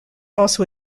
also